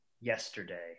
yesterday